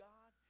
God